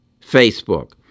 Facebook